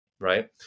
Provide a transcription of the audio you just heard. right